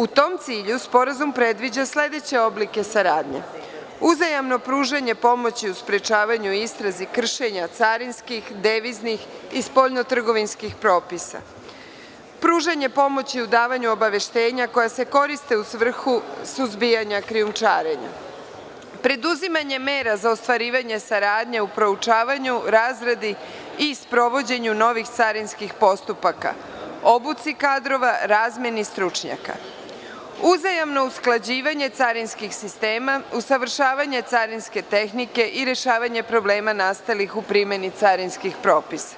U tom cilju sporazum predviđa sledeće oblike saradnje: uzajamno pružanje pomoći u sprečavanju istrazi kršenja carinskih, deviznih i spoljno-trgovinskih propisa, pružanje pomoći u davanju obaveštenja koja se koriste u svrhu suzbijanja krijumčarenja, preduzimanje mera za ostvarivanje saradnje u proučavanju, razradi i sprovođenju novih carinskih postupaka, obuci kadrova, razmeni stručnjaka, usklađivanje carinskih sistema, usavršavanje carinske tehnike i rešavanje problema nastalih u primeni carinskih propisa,